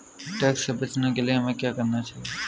Tax से बचने के लिए हमें क्या करना चाहिए?